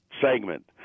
segment